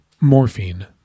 morphine